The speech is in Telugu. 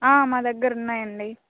ఆ మా దగ్గర ఉన్నాయండి